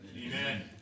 Amen